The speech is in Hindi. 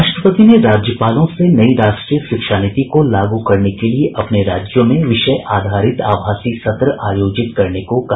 राष्ट्रपति ने राज्यपालों से नई राष्ट्रीय शिक्षा नीति को लागू करने के लिए अपने राज्यों में विषय आधारित आभासी सत्र आयोजित करने को कहा